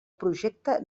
projecte